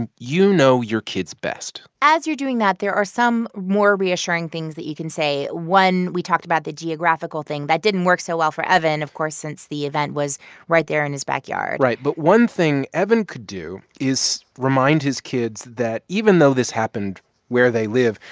and you know your kids best as you're doing that, there are some more reassuring things that you can say. when we talked about the geographical thing, that didn't work so well for evan, of course, since the event was right there in his backyard right. but one thing evan could do is remind his kids that even though this happened where they live,